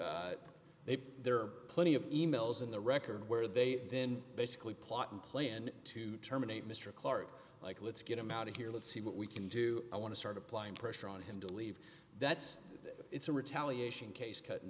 they there are plenty of e mails in the record where they've been basically plot and plan to terminate mr clark like let's get him out of here let's see what we can do i want to start applying pressure on him to leave that's it's a retaliation case cut and